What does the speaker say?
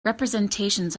representations